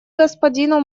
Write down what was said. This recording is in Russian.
господину